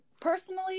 Personally